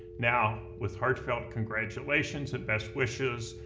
now, with heartfelt congratulations and best wishes,